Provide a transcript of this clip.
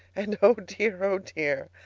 and, oh dear! oh dear!